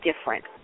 different